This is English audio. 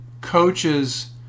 coaches